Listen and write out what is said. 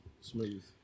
smooth